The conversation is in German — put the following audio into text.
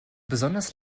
besonders